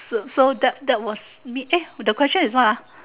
so so that that was me eh the question is what